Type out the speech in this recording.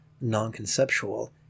non-conceptual